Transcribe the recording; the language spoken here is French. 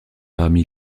parmi